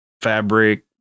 fabric